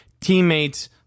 teammates